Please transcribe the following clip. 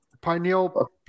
Pineal